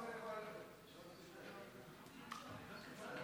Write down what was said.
בעד, תשעה,